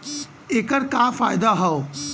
ऐकर का फायदा हव?